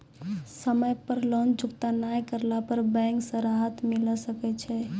समय पर लोन चुकता नैय करला पर बैंक से राहत मिले सकय छै?